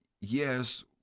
yes